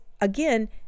again